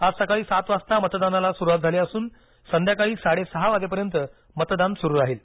आज सकाळी सात वाजता मतदानाला सुरूवात झाली असून संध्याकाळी साडेसहा वाजेपर्यंत मतदान सुरू राहील